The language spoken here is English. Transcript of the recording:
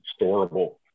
storable